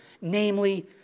namely